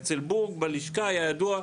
אצל בורג בלשכה היה ידוע,